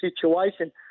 situation